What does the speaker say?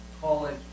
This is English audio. college